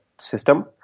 system